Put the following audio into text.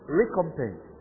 recompense